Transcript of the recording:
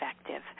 effective